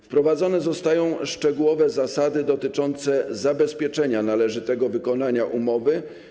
Wprowadzone zostają szczegółowe zasady dotyczące zabezpieczenia należytego wykonania umowy.